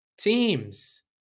Teams